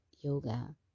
yoga